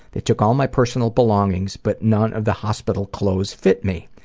they took all my personal belongings but none of the hospital clothes fit me.